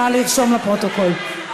נא לרשום, לפרוטוקול.